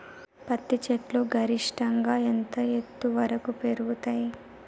పత్తి చెట్లు గరిష్టంగా ఎంత ఎత్తు వరకు పెరుగుతయ్?